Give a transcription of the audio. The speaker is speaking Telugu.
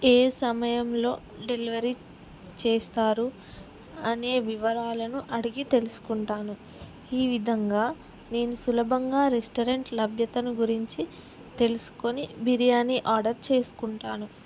ఏ సమయంలో డెలివరీ చేస్తారు అనే వివరాలను అడిగి తెలుసుకుంటాను ఈ విధంగా నేను సులభంగా రెస్టారెంట్ లభ్యతను గురించి తెలుసుకుని బిర్యానీ ఆర్డర్ చేసుకుంటాను